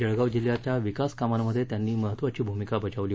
जळगाव जिल्ह्याच्या विकास कामांमध्ये त्यांनी महत्त्वाची भूमिका बजावली